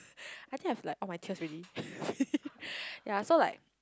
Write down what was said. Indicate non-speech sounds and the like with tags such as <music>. I think I've like all my tears already <laughs> ya so like